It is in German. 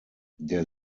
der